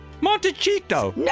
Montecito